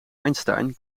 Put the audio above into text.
einstein